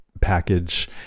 package